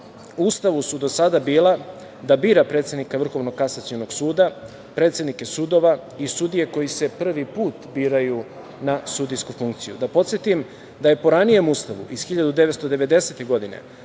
Ustavu su do sada bila da bira predsednika Vrhovnog kasacionog suda, predsednike sudova i sudije koji prvi put biraju na sudijsku funkciju. Da podsetim da je po ranijem Ustavu iz 1990. godine